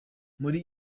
muri